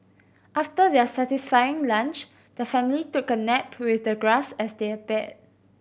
after their satisfying lunch the family took a nap with the grass as their bed